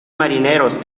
marineros